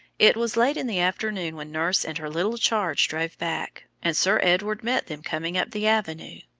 it was late in the afternoon when nurse and her little charge drove back, and sir edward met them coming up the avenue.